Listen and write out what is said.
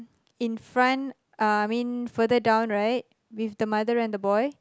in front uh I mean further down right with the mother and boy